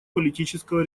политического